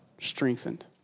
strengthened